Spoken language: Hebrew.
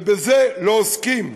ובזה לא עוסקים.